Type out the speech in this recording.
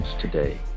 today